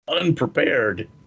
unprepared